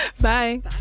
Bye